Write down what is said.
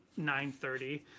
9.30